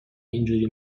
اینجوری